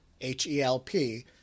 H-E-L-P